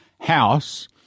House